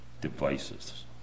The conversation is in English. devices